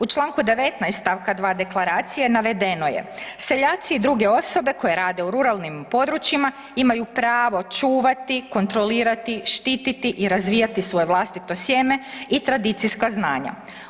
U čl. 19. st. 2. deklaracije navedeno je „seljaci i druge osobe koje rade u ruralnim područjima imaju pravo čuvati, kontrolirati, štititi i razvijati svoje vlastito sjeme i tradicijska znanja“